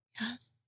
Yes